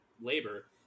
labor